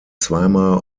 zweimal